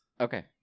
Okay